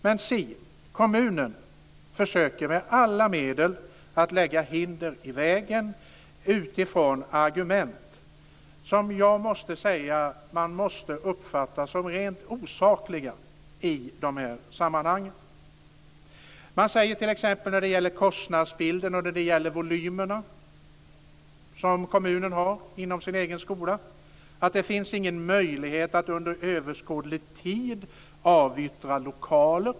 Men si kommunen försöker med alla medel lägga hinder i vägen, utifrån argument som jag måste säga får uppfattas som rent osakliga i de här sammanhangen. Man säger t.ex. när det gäller kostnadsbilden och volymerna som kommunen har inom sin egen skola att det inte finns någon möjlighet att under överskådlig tid avyttra lokaler.